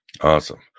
Awesome